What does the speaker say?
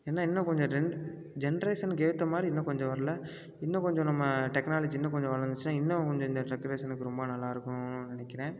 என்ன இன்னும் கொஞ்சம் ரெண்டு ஜென்ரேஷனுக்கு ஏற்ற மாதிரி இன்னும் கொஞ்சம் வரல இன்னும் கொஞ்சம் நம்ம டெக்னாலஜி இன்னும் கொஞ்சம் வளர்ந்துருச்சின்னா இன்னும் கொஞ்சம் இந்த டெக்ரேஷனுக்கு ரொம்ப நல்லாயிருக்குன்னு நினைக்கிறேன்